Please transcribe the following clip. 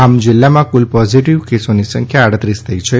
આમ જિલ્લામાં કુલ પોઝિટિવ કેસોની સંખ્યા આડત્રીસ થઈ છે